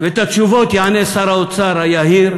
ואת התשובות יענה שר האוצר היהיר,